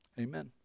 Amen